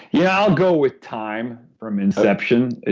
yeah i'll go with time from inception.